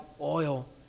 oil